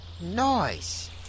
noise